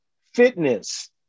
fitness